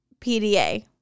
PDA